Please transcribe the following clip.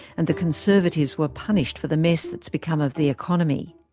and the conservatives were punished for the mess that's become of the economy.